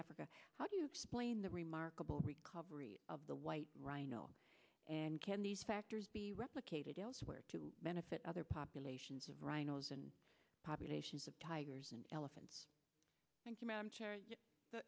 africa how do you play in the remarkable recovery of the white rhino and can these factors be replicated elsewhere to benefit other populations of rhinos and populations of tigers and elephants